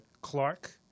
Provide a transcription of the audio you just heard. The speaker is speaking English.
Clark